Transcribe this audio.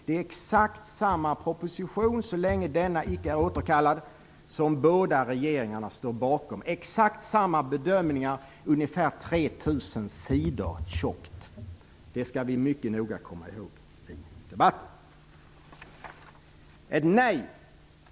Det är exakt samma proposition, så länge den inte är återkallad, som båda regeringarna står bakom, exakt samma bedömningar på ungefär 3 000 sidor. Det skall vi som sagt mycket noga komma ihåg.